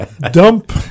dump